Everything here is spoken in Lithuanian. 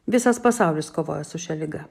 visas pasaulis kovoja su šia liga